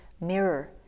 mirror